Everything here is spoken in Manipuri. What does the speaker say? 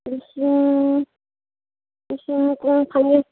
ꯂꯤꯁꯤꯡ ꯂꯤꯁꯤꯡ ꯀꯨꯟ ꯐꯪꯉꯦ